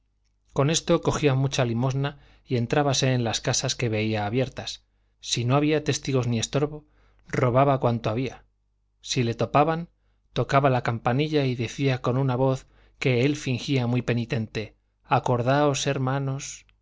con esto cogía mucha limosna y entrábase en las casas que veía abiertas si no había testigos ni estorbo robaba cuando había si le topaban tocaba la campanilla y decía con una voz que él fingía muy penitente acordaos hermanos